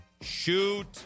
shoot